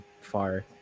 far